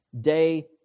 Day